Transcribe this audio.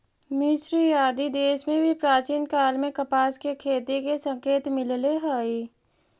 मिस्र आदि देश में भी प्राचीन काल में कपास के खेती के संकेत मिलले हई